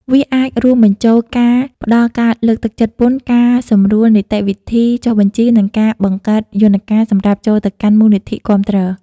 វាអាចរួមបញ្ចូលការផ្តល់ការលើកទឹកចិត្តពន្ធ ការសម្រួលនីតិវិធីចុះបញ្ជី និងការបង្កើតយន្តការសម្រាប់ចូលទៅកាន់មូលនិធិគាំទ្រ ។